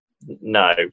no